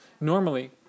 Normally